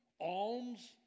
alms